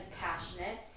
passionate